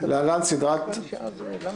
(להלן סדרת הסתייגויות),